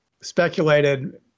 speculated